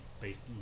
based